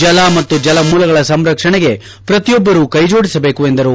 ಜಲ ಮತ್ತು ಜಲ ಮೂಲಗಳ ಸಂರಕ್ಷಣೆಗೆ ಪ್ರತಿಯೊಬ್ಬರು ಕೈ ಜೋಡಿಸಬೇಕು ಎಂದರು